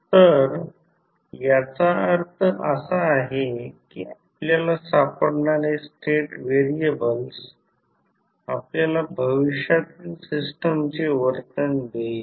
तर याचा अर्थ असा आहे की आपल्याला सापडणारे स्टेट व्हेरिएबल्स आपल्याला भविष्यातील सिस्टमचे वर्तन देईल